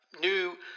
new